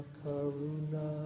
karuna